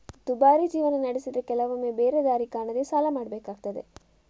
ದುಬಾರಿ ಜೀವನ ನಡೆಸಿದ್ರೆ ಕೆಲವೊಮ್ಮೆ ಬೇರೆ ದಾರಿ ಕಾಣದೇ ಸಾಲ ಮಾಡ್ಬೇಕಾಗ್ತದೆ